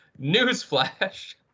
Newsflash